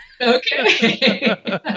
Okay